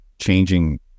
changing